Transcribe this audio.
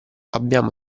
abbiamo